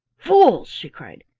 fools! she cried.